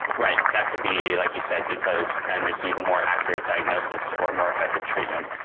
right, that could be, like you said, because men receive a more accurate diagnosis or more effective treatment.